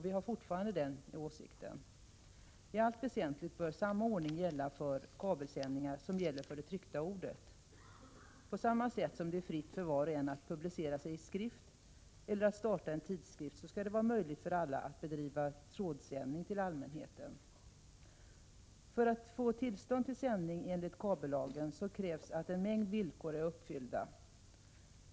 Vi har fortfarande den åsikten. I allt väsentligt bör samma ordning gälla för kabelsändningar som gäller för det tryckta ordet. På samma sätt som det är fritt för var och en att publicera sig i skrift eller att starta en tidskrift skall det vara möjligt för alla att bedriva trådsändning till allmänheten. För att få tillstånd till sändning enligt kabellagen krävs att en mängd villkor är uppfyllda.